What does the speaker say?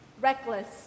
reckless